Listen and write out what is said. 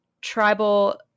tribal